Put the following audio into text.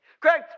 Craig